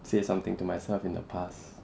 say something to myself in the past